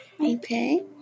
Okay